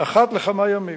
אחת לכמה ימים.